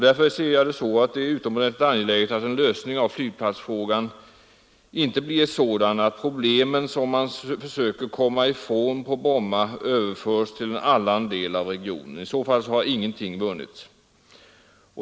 Därför anser jag det utomordentligt angeläget, att en lösning av flygplatsfrågan inte blir sådan att bullerproblemen, som man försöker komma ifrån på Bromma, överförs till en annan del av regionen. I så fall har ingenting vunnits.